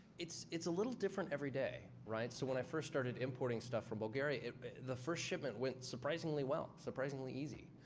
it's it's a little different every day, right? so when i first started importing stuff from bulgaria, the first shipment went surprisingly well. surprisingly easy.